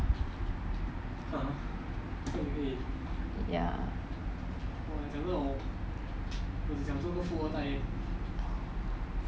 ya